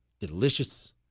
delicious